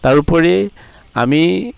তাৰোপৰি আমি